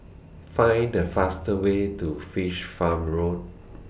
Find The faster Way to Fish Farm Road